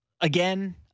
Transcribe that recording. again